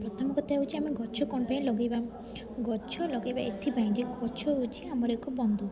ପ୍ରଥମ କଥା ହେଉଛି ଆମେ ଗଛ କ'ଣ ପାଇଁ ଲଗାଇବା ଗଛ ଲଗାଇବା ଏଥିପାଇଁ ଯେ ଗଛ ହେଉଛି ଆମର ଏକ ବନ୍ଧୁ